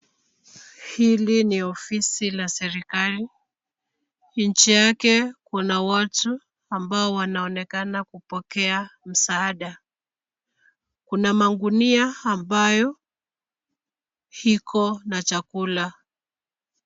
Hili ni ofisi la serikali. Nje yake Kuna watu ambao wanaonekana kupokea msaada. Kuna magunia ambayo iko na chakula.